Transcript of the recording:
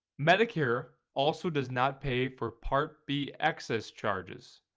medicare also does not pay for part b excess charges.